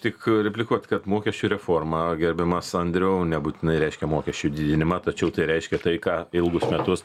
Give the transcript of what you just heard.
tik replikuot kad mokesčių reforma gerbiamas andriau nebūtinai reiškia mokesčių didinimą tačiau tai reiškia tai ką ilgus metus